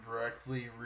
directly